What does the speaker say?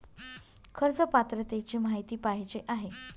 कर्ज पात्रतेची माहिती पाहिजे आहे?